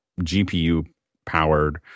GPU-powered